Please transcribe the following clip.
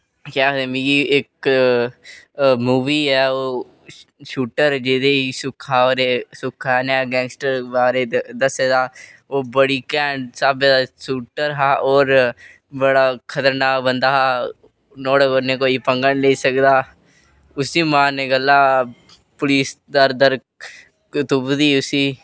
केह् आखदे मिगी इक मूवी ऐ ओ शूटर जेह्दे सुक्खा और सुक्खा नेहा गैंगस्टर बारे दस्सेदा ओह् बड़ी घैंट स्हाबे दा शूटर हा और बड़ा खतरनाक बंदा हा नुआढ़े कन्नै कोई पंगा नि लेई सकदा हा उस्सी मारने गल्ल पुलिस दर दर तुपदी उसी